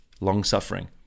long-suffering